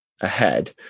ahead